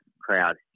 crowd